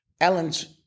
Ellen's